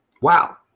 Wow